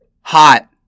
hot